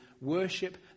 worship